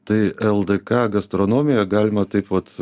tai ldk gastronomiją galima taip vat